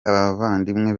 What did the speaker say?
abavandimwe